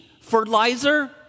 fertilizer